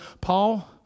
Paul